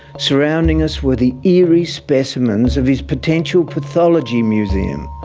surrounding us were the eerie specimens of his potential pathology museum.